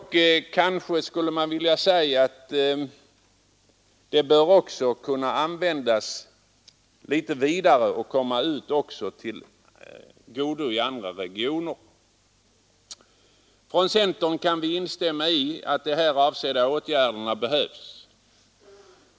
Kanske skulle jag dock vilja säga att pengarna bör kunna användas litet vidare och komma också andra regioner till godo. Från centern kan vi instämma i att de här avsedda åtgärderna behövs.